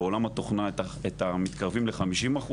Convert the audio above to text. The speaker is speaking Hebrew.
בעולם התוכנה אנחנו מתקרבים ל 50%,